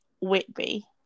Whitby